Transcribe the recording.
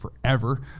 forever